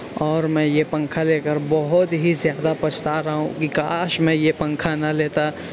اور میں یہ پنکھا لے کر بہت ہی زیادہ پچھتا رہا ہوں کہ کاش میں یہ پنکھا نہ لیتا